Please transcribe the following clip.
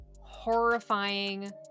horrifying